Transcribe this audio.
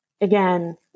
again